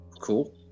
cool